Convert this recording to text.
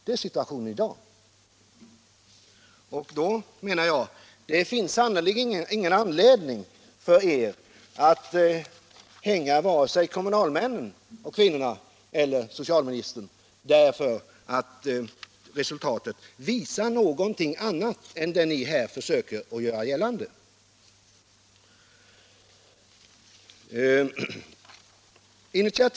Det är situationen i dag, och då finns det sannerligen ingen anledning för er att hänga vare sig kommunalmännen och kvinnorna eller socialministern. Resultatet visar ju någonting annat än det ni försöker göra gällande här.